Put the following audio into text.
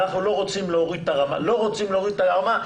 ואנחנו לא רוצים להוריד את הרמה,